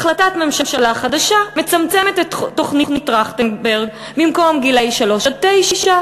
החלטת ממשלה חדשה מצמצמת את תוכנית טרכטנברג: במקום גילאי שלוש עד תשע,